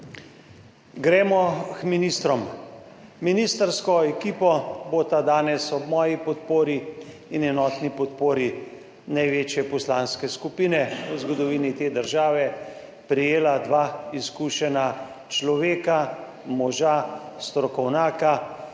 Gremo k ministrom. Ministrsko ekipo bosta danes ob moji podpori in enotni podpori največje poslanske skupine v zgodovini te države prejela dva izkušena človeka, moža strokovnjaka,